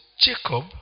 jacob